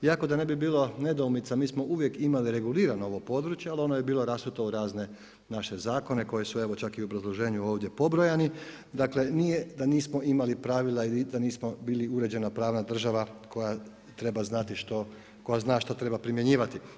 Iako da ne bi bilo nedoumica mi smo uvijek imali regulirano ovo područje ali ono je bilo rasuto u razne naše zakone koji su evo čak i u obrazloženju ovdje pobrojani, dakle nije da nismo imali pravila i da nismo bili uređena pravna država koja treba znati što, koja zna šta treba primjenjivati.